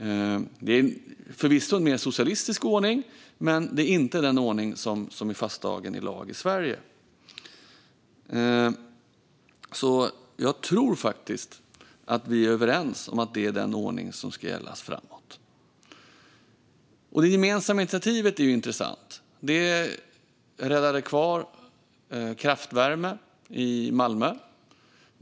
Det är förvisso en mer socialistisk ordning, men det är inte den ordning som är fastslagen i lag i Sverige. Jag tror faktiskt att vi är överens om den ordning som ska gälla framöver. Det gemensamma initiativet är intressant. Det räddade kvar kraftvärme i Malmö.